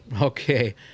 Okay